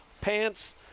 pants